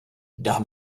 dám